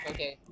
Okay